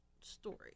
story